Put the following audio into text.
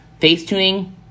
Facetuning